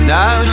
now